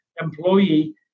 employee